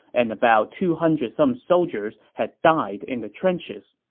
and about two hundred some soldiers had died in the trenches